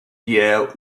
pierre